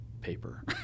paper